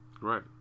Right